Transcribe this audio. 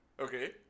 Okay